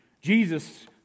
Jesus